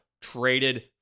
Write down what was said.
traded